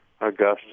Augusta